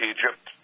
Egypt